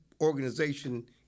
organization